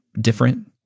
different